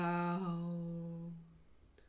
out